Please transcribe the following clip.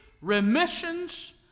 remissions